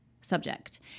subject